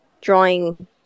drawing